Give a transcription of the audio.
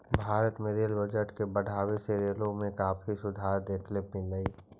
भारत में rail budget के बढ़ावे से रेलों में काफी सुधार देखे मिललई